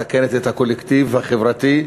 מסכנת את הקולקטיב החברתי,